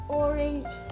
orange